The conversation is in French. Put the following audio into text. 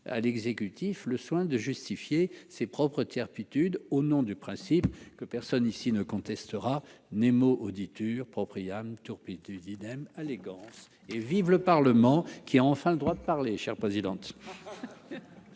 à l'exécutif le soin de justifier ses propres Terres Titudes, au nom du principe que personne ici ne contestera Nemo Audi Propriano turpitudes idem allégeance et vive le Parlement qui a enfin le droit de parler chère présidente.